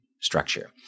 structure